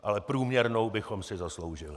Ale průměrnou bychom si zasloužili.